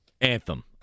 anthem